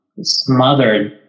smothered